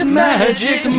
magic